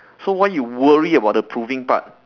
so why you worry about the proving part